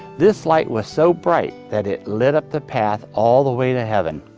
this light was so bright that it lit up the path all the way to heaven.